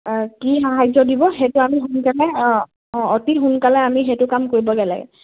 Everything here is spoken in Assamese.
কি সাহাৰ্য দিব সেইটো আমি সোনকালে অঁ অতি সোনকালে আমি সেইটো কাম কৰিবগে লাগে